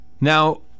Now